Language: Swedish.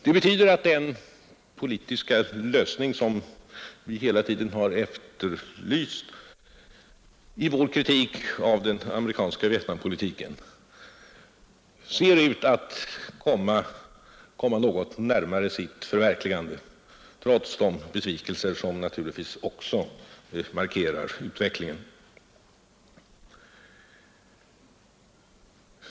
Det betyder att den politiska lösning som vi hela tiden efterlyst i vår kritik av den amerikanska Vietnampolitiken ser ut att komma något närmare sitt förverkligande trots de besvikelser som naturligtvis också markerar utvecklingen.